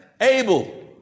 Abel